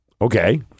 Okay